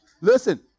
Listen